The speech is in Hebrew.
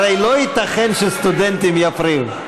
הרי לא ייתכן שסטודנטים יפריעו.